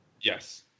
Yes